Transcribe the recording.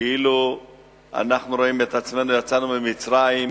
כאילו אנחנו רואים את עצמנו יצאנו ממצרים,